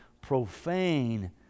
profane